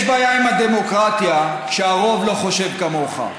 יש בעיה עם הדמוקרטיה כשהרוב לא חושב כמוך.